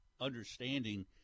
understanding